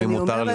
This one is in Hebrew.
אז אני אומרת,